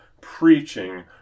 preaching